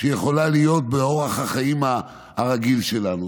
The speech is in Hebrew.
שיכולה להיות באורח החיים הרגיל שלנו,